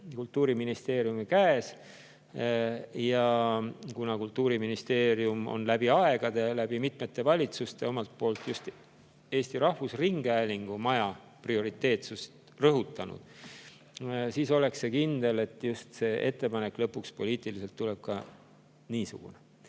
Kultuuriministeeriumi käes. Kuna Kultuuriministeerium on läbi aegade, läbi mitmete valitsuste omalt poolt Eesti Rahvusringhäälingu maja prioriteetsust rõhutanud, siis on kindel, et see ettepanek lõpuks tuleb poliitiliselt just niisugune.